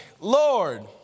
Lord